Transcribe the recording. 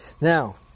Now